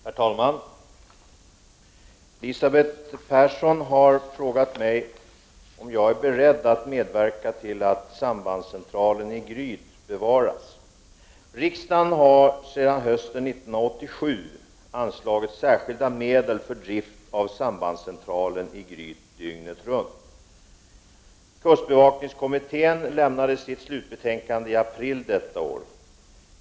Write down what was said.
Herr talman! Elisabeth Persson har frågat mig om jag är beredd att medverka till att sambandscentralen i Gryt bevaras. Riksdagen har sedan hösten 1987 anslagit särskilda medel för drift av sambandscentralen i Gryt dygnet runt. Kustbevakningskommittén lämnade sitt slutbetänkande i april detta år.